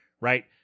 right